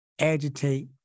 agitate